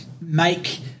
Make